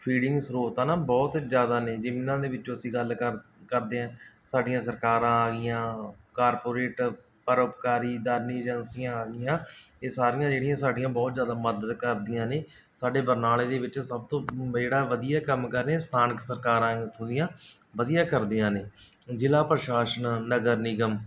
feeding ਸਰੋਤ ਆ ਨਾ ਬਹੁਤ ਜ਼ਿਆਦਾ ਨੇ ਜਿਨ੍ਹਾਂ ਦੇ ਵਿੱਚੋਂ ਅਸੀਂ ਗੱਲ ਕਰ ਕਰਦੇ ਹਾਂ ਸਾਡੀਆਂ ਸਰਕਾਰਾਂ ਆ ਗਈਆਂ ਕਾਰਪੋਰੇਟ ਪਰਉਪਕਾਰੀ ਦਾਨੀ ਏਜੰਸੀਆਂ ਆ ਗਈਆਂ ਇਹ ਸਾਰੀਆਂ ਜਿਹੜੀਆਂ ਸਾਡੀਆਂ ਬਹੁਤ ਜ਼ਿਆਦਾ ਮਦਦ ਕਰਦੀਆਂ ਨੇ ਸਾਡੇ ਬਰਨਾਲੇ ਦੇ ਵਿੱਚ ਸਭ ਤੋਂ ਜਿਹੜਾ ਵਧੀਆ ਕੰਮ ਕਰ ਰਹੀਆਂ ਸਥਾਨਕ ਸਰਕਾਰਾਂ ਇੱਥੋਂ ਦੀਆਂ ਵਧੀਆ ਕਰਦੀਆਂ ਨੇ ਜ਼ਿਲ੍ਹਾ ਪ੍ਰਸ਼ਾਸਨ ਨਗਰ ਨਿਗਮ